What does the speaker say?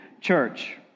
church